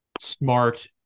smart